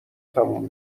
تموم